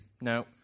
no